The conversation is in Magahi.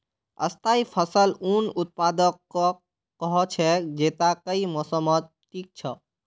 स्थाई फसल उन उत्पादकक कह छेक जैता कई मौसमत टिक छ